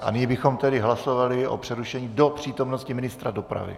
A nyní bychom tedy hlasovali o přerušení do přítomnosti ministra dopravy.